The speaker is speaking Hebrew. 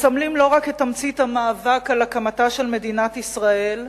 מסמלים לא רק את תמצית המאבק על הקמתה של מדינת ישראל,